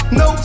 no